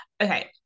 Okay